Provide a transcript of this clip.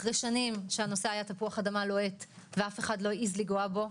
אחרי שנים שהנושא היה תפוח אדמה לוהט ואף אחד לא העז לנגוע בו,